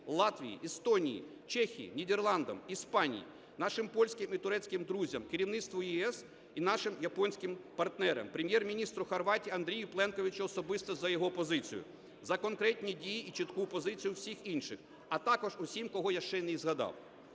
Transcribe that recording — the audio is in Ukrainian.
Латвії, Естонії, Чехії, Нідерландам, Іспанії, нашим польським і турецьким друзям, керівництву ЄС і нашим японським партнерам, Прем'єр-міністру Хорватії Андрею Пленковичу особисто за його позицію, за конкретні дії і чітку позицію всіх інших, а також усім, кого я ще і не згадав.